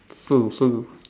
!foo! !foo!